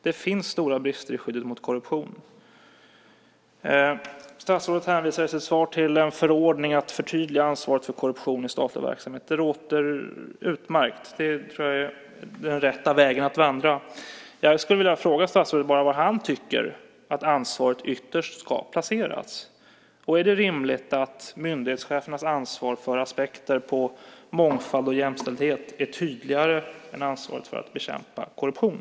Det finns stora brister i skyddet mot korruption. Statsrådet hänvisar i sitt svar till en förordning för att förtydliga ansvaret för korruption i statlig verksamhet. Det låter utmärkt. Det tror jag är den rätta vägen att vandra. Jag vill fråga statsrådet var han tycker att ansvaret ytterst ska placeras. Är det rimligt att myndighetschefernas ansvar för aspekter på mångfald och jämställdhet är tydligare än ansvaret för att bekämpa korruption?